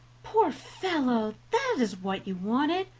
poor fellow! that is what you wanted,